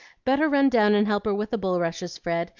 better run down and help her with the bulrushes, fred,